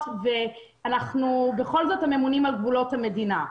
כי בכל זאת אנחנו הממונים על גבולות המדינה.